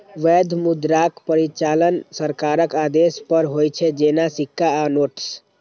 वैध मुद्राक परिचालन सरकारक आदेश पर होइ छै, जेना सिक्का आ नोट्स